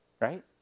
Right